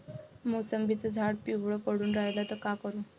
मोसंबीचं झाड पिवळं पडून रायलं त का करू?